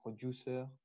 producer